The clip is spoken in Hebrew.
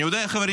חברים,